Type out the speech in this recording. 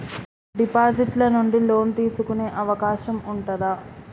Deposit ల నుండి loan తీసుకునే అవకాశం ఉంటదా?